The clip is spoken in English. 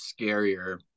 scarier